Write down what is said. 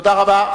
תודה רבה.